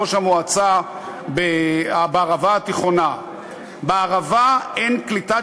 ראש המועצה הערבה התיכונה: בערבה אין קליטת